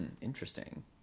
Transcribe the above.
interesting